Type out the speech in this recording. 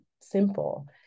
simple